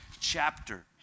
chapter